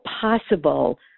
possible